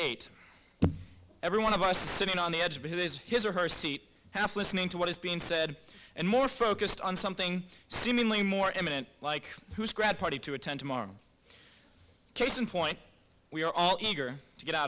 eight every one of us sitting on the edge of his his or her seat half listening to what is being said and more focused on something seemingly more imminent like grad party to attend tomorrow case in point we are all eager to get out